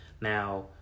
Now